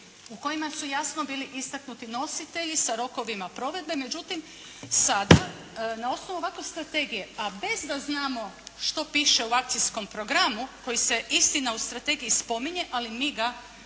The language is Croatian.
u kojima su jasno bili istaknuti nositelji sa rokovima provedbe međutim sada na osnovu ovakve strategije a bez da znamo što piše u akcijskom programu koji se istina u strategiji spominje, ali mi ga